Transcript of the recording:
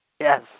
Yes